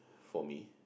for me